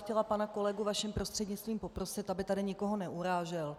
Chtěla bych pana kolegu vaším prostřednictvím poprosit, aby tady nikoho neurážel.